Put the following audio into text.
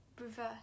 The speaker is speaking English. reverse